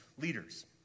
leaders